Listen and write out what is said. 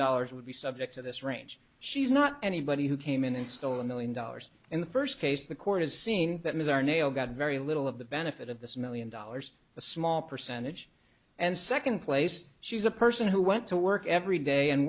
dollars would be subject to this range she's not anybody who came in and stole a million dollars in the first case the court has seen that ms are nail got very little of the benefit of this million dollars a small percentage and second place she's a person who went to work every day and